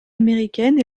américaine